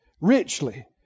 richly